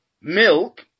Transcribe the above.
milk